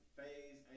phase